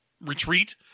retreat